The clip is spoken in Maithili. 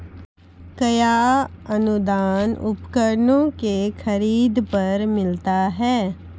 कया अनुदान उपकरणों के खरीद पर मिलता है?